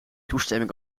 toestemming